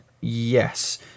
Yes